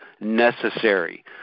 necessary